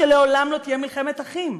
שלעולם לא תהיה מלחמת אחים.